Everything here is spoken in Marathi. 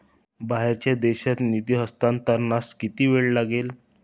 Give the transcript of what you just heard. बाहेरच्या देशात निधी हस्तांतरणास किती वेळ लागेल?